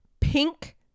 Pink